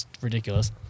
ridiculous